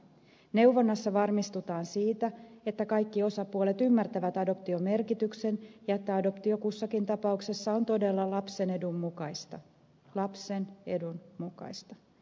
neuvonnassa varmistutaan siitä että kaikki osapuolet ymmärtävät adoption merkityksen ja että adoptio kussakin tapauksessa on todella lapsen edun mukaista lapsen edun mukaista